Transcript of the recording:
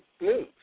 news